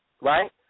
right